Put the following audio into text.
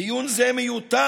דיון זה מיותר.